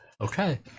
okay